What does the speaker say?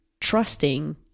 trusting